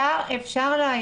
אפשר להעיר משהו?